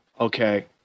Okay